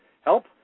help